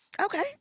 Okay